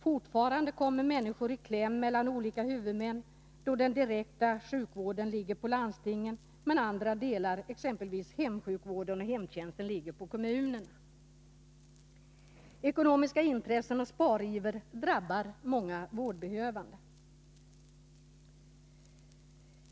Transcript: Fortfarande kommer människor i kläm mellan olika huvudmän, då den direkta sjukvården ligger på landstingen men andra delar, exempelvis hemsjukvården och hemtjänsten, ligger på kommunerna. Ekonomiska intressen och spariver drabbar många vårdbehövande.